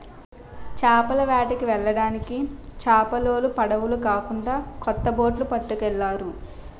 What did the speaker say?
చేపల వేటకి వెళ్ళడానికి చేపలోలు పడవులు కాకున్నా కొత్త బొట్లు పట్టుకెళ్తారు